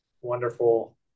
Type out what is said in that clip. wonderful